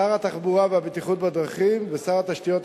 שר התחבורה, התשתיות הלאומיות